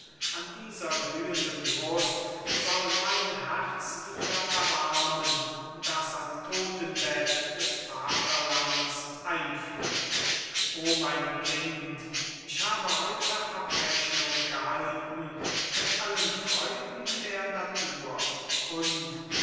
an dieser glühenden brust soll mein herz wieder erwarmen das am totenbett des vaterlands einfriert o mein kind ich habe heute abrechnung gehalten mit allen freuden der natur und